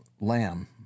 lamb